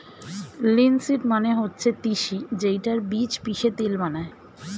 linseed মানে হচ্ছে তিসি যেইটার বীজ পিষে তেল বানায়